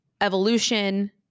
evolution